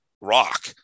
rock